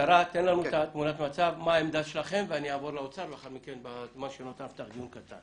בקצרה תן לנו תמונת מצב לגבי העמדה שלכם ולאחר מכן נעבור לאוצר.